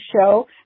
show